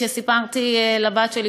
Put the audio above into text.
כשסיפרתי לבת שלי,